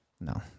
No